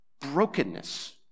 brokenness